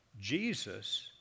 Jesus